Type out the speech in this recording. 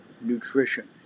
Nutrition